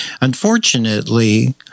Unfortunately